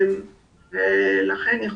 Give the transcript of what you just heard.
לכן,